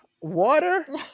water